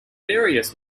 various